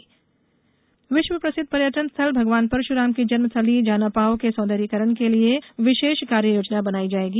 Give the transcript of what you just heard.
सौंदर्यीकरण विष्व प्रसिध्द पर्यटन स्थल भगवान परशुराम की जन्मस्थली जानापाव के सौंदर्यीकरण के लिये विषेष कार्ययोजना बनाई जाएगी